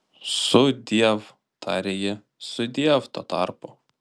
sudiev tarė ji sudiev tuo tarpu